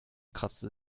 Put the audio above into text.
kratzte